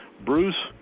Bruce